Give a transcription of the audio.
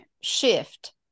shift